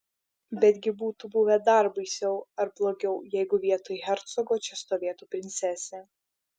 betgi būtų buvę dar baisiau ar blogiau jeigu vietoj hercogo čia stovėtų princesė